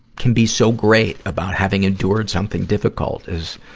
can be so great about having endured something difficult, is,